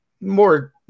more